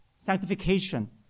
Sanctification